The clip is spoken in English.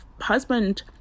husband